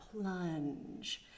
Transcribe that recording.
plunge